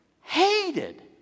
hated